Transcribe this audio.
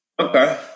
okay